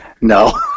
no